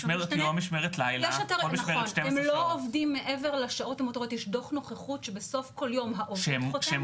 הם לא עובדים מעבר לשעות המותרות.